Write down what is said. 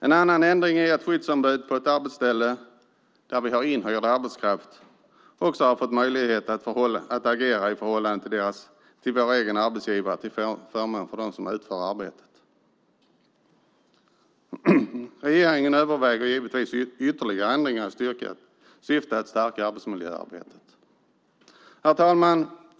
En annan ändring är att skyddsombud på ett arbetsställe där man har inhyrd arbetskraft har fått möjlighet att agera i förhållande till sin egen arbetsgivare till förmån för dem som utför arbetet. Regeringen överväger givetvis ytterligare ändringar i syfte att stärka arbetsmiljöarbetet. Herr talman!